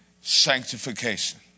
sanctification